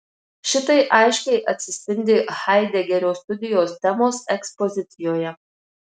šitai aiškiai atsispindi haidegerio studijos temos ekspozicijoje